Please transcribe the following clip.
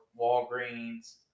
Walgreens